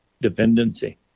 Dependency